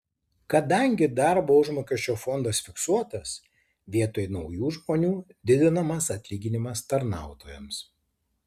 kadangi darbo užmokesčio fondas fiksuotas vietoj naujų žmonių didinamas atlyginimas tarnautojams